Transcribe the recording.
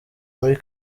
muri